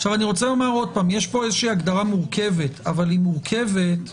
שוב - יש פה הגדרה מורכבת, אבל היא מורכבת כי